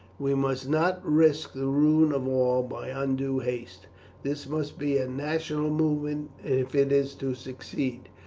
we must not risk the ruin of all by undue haste this must be a national movement if it is to succeed.